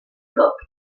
cooked